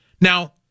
Now